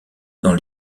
dans